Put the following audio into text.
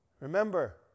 Remember